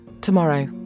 Tomorrow